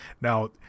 Now